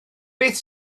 beth